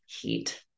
heat